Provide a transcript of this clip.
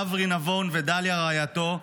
אברי נבון ודליה רעייתו,